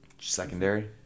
secondary